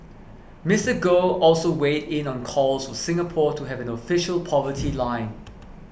Mister Goh also weighed in on calls for Singapore to have an official poverty line